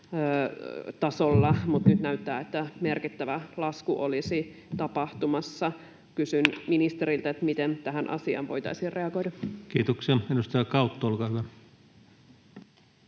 mutta nyt näyttää, että merkittävä lasku olisi tapahtumassa. Kysyn ministeriltä: miten tähän asiaan voitaisiin reagoida? Kiitoksia. — Edustaja Kautto, olkaa hyvä.